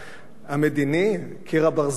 המדיני, קיר הברזל.